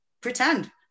pretend